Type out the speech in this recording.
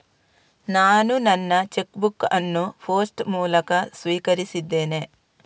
ನಾನು ನನ್ನ check book ಅನ್ನು ಪೋಸ್ಟ್ ಮೂಲಕ ಸ್ವೀಕರಿಸಿದ್ದೇನೆ